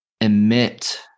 emit